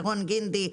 ירון גינדי,